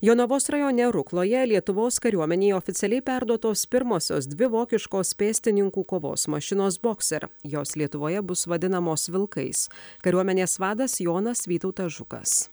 jonavos rajone rukloje lietuvos kariuomenei oficialiai perduotos pirmosios dvi vokiškos pėstininkų kovos mašinos bokser jos lietuvoje bus vadinamos vilkais kariuomenės vadas jonas vytautas žukas